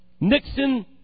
Nixon